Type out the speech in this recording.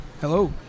Hello